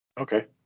Okay